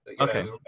Okay